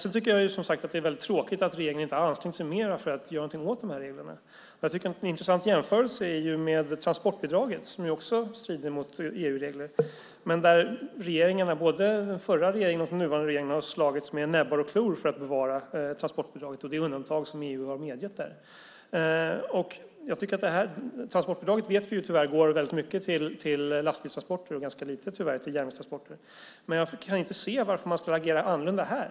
Jag tycker att det är väldigt tråkigt att regeringen inte har ansträngt sig mer för att göra någonting åt de här reglerna. Man kan göra en intressant jämförelse med transportbidraget som också strider mot EU-regler. Både den nuvarande och den förra regeringen slagits med näbbar och klor för att bevara transportbidraget och det undantag som EU har medgett där. Vi vet att transportbidraget tyvärr går väldigt mycket till lastbilstransporter och ganska lite till järnvägstransporter. Jag kan inte se varför man skulle agera annorlunda här.